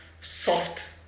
soft